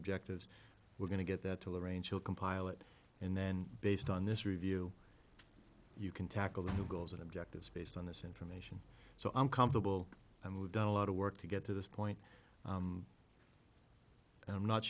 objectives we're going to get that to lorain she'll compile it and then based on this review you can tackle the goals and objectives based on this information so i'm comfortable and we've done a lot of work to get to this point and i'm not